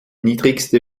niedrigste